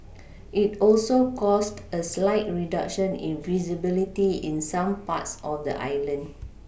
it also caused a slight reduction in visibility in some parts of the island